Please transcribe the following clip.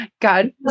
God